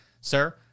sir